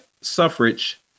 suffrage